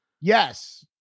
Yes